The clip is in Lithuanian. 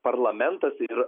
parlamentas ir